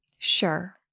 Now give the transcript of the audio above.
Sure